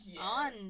on